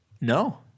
No